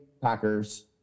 Packers